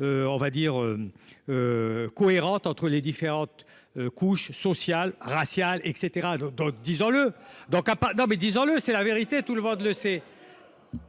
on va dire cohérente entre les différentes couches sociales, raciales et cetera, donc disons-le donc à part non mais, disons-le, c'est la vérité, tout le monde le sait,